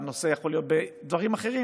והנושא יכול להיות בדברים אחרים,